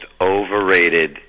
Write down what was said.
overrated